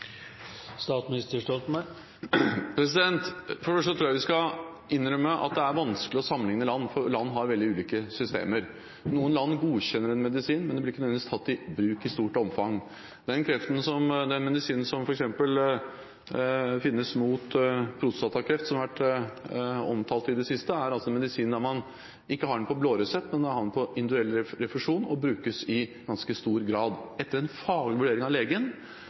For det første tror jeg vi skal innrømme at det er vanskelig å sammenligne land, for land har veldig ulike systemer. Noen land godkjenner en medisin, men den blir ikke nødvendigvis tatt i bruk i stort omfang. Den medisinen mot prostatakreft som har vært omtalt i det siste f.eks., er en medisin man ikke har på blå resept, men på individuell refusjon, og som brukes i ganske stor grad, etter en faglig vurdering av legen,